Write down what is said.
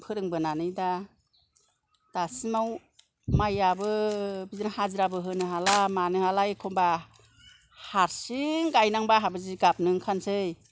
फोरोंबोनानै दा दासिमाव माइआबो बिदिनो हाजिराबो होनो हाला मानो हाला एखमबा हारसिं गायनांबा आंहाबो जि गाबनो ओंखारन्सै